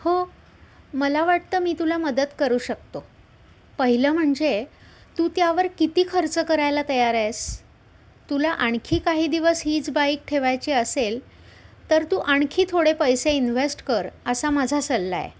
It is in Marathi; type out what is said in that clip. हो मला वाटतं मी तुला मदत करू शकतो पहिलं म्हणजे तू त्यावर किती खर्च करायला तयार आहेस तुला आणखी काही दिवस हीच बाईक ठेवायची असेल तर तू आणखी थोडे पैसे इन्व्हेस्ट कर असा माझा सल्ला आहे